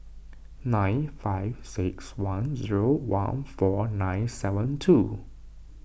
nine five six one zero one four nine seven two